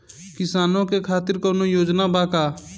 किसानों के खातिर कौनो योजना बा का?